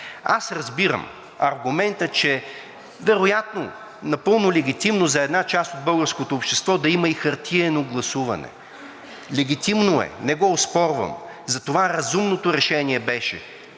Разбирам аргумента, че вероятно напълно легитимно е за една част от българското общество да има и хартиено гласуване. Легитимно е, не го оспорвам. Затова разумното решение беше